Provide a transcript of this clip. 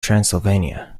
transylvania